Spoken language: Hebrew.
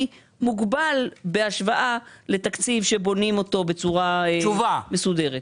מוגבל בהשוואה לתקציב שבונים אותו בצורה מסודרת.